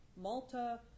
Malta